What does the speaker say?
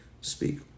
speak